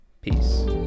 Peace